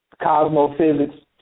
cosmophysics